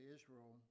Israel